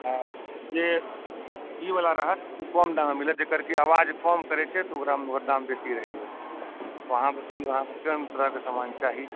आ जे ई वाला रहत ओ कम दाममे मिलत जे आवाज कम करै छै तऽ ओकर दाम बेसी रहै छै तऽ अहाँ बतैयो अहाँके केहन तरहके समान चाही